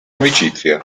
amicizia